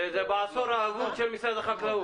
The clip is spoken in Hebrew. זה בעשור האבוד של משרד החקלאות.